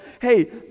hey